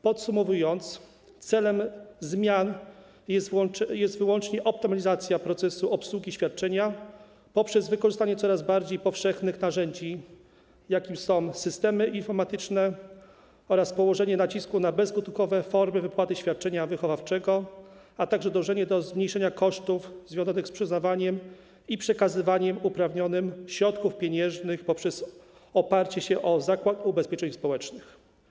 Podsumowując, celem zmian jest wyłącznie optymalizacja procesu obsługi świadczenia poprzez wykorzystanie coraz bardziej powszechnych narzędzi, jakimi są systemy informatyczne, oraz położenie nacisku na bezgotówkowe formy wypłaty świadczenia wychowawczego, a także dążenie do zmniejszenia kosztów związanych z przyznawaniem i przekazywaniem uprawnionym środków pieniężnych poprzez Zakład Ubezpieczeń Społecznych.